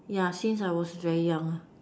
yeah since I was very young lah